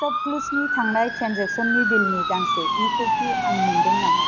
सपक्लुसनि थांनाय ट्रेन्जेक्स'ननि बिलनि गांसे इ कपि आं मोनदों नामा